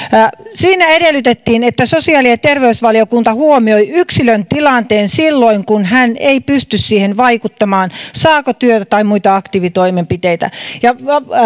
siinä edellytettiin että sosiaali ja terveysvaliokunta huomioi yksilön tilanteen silloin kun hän ei pysty vaikuttamaan siihen saako työtä tai muita aktiivitoimenpiteitä